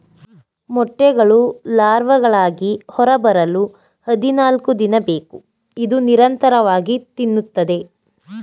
ಮೊಟ್ಟೆಗಳು ಲಾರ್ವಾಗಳಾಗಿ ಹೊರಬರಲು ಹದಿನಾಲ್ಕುದಿನ ಬೇಕು ಇದು ನಿರಂತರವಾಗಿ ತಿನ್ನುತ್ತದೆ